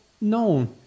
known